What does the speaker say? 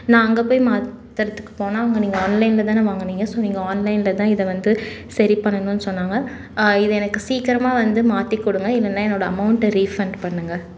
நான் அங்கேபோயி மாற்றுறதுக்கு போனா அவங்க நீங்கள் ஆன்லைனில் தானே வாங்குனிங்க ஸோ நீங்கள் ஆன்லைன்ல தான் இதை வந்து சரிபண்ணுங்கன்னு சொன்னாங்க இதை எனக்கு சீக்கரமாக வந்து மாற்றி கொடுங்க இல்லைனா என்னோட அமெளண்ட்டை ரீஃபண்ட் பண்ணுங்கள்